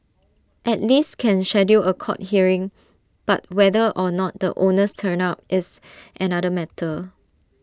at least can schedule A court hearing but whether or not the owners turn up is another matter